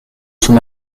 son